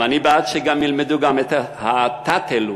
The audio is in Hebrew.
ואני בעד שילמדו גם את ה"טאטע לשון",